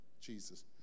Jesus